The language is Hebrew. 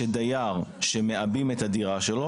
שדייר שמעבים את הדירה שלו,